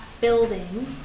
building